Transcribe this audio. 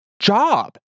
job